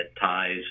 ties